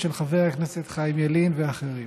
של חבר הכנסת חיים ילין ואחרים.